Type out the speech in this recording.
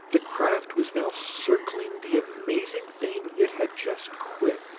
the craft was now circling the amazing thing it had just quit,